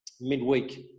midweek